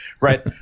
right